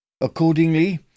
Accordingly